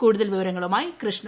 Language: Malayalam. കൂടുതൽ വിവരങ്ങളുമായി കൃഷ്ണ